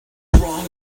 wrong